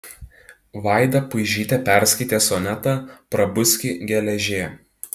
vaida puižytė perskaitė sonetą prabuski geležie